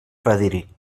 fadrí